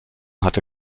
hatte